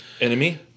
Enemy